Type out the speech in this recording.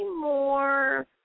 more